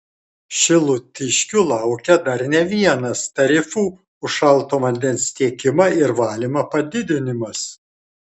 šilutiškių laukia dar ne vienas tarifų už šalto vandens tiekimą ir valymą padidinimas